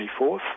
24th